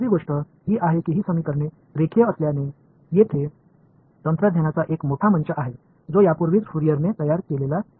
மற்ற விஷயம் என்னவென்றால் இந்த சமன்பாடுகள் லீனியர் என்பதால் ஏற்கனவே ஃபோரியர் கட்டப்பட்ட ஒரு பெரிய நுட்பங்கள் உள்ளன